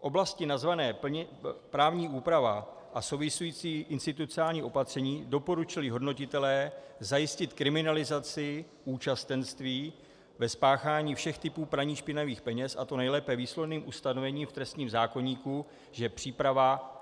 V oblasti nazvané právní úprava a související institucionální opatření doporučili hodnotitelé zajistit kriminalizaci účastenství ve spáchání všech typů praní špinavých peněz, a to nejlépe výslovným ustanovením v trestním zákoníku, že příprava